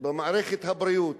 במערכת הבריאות,